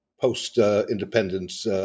post-independence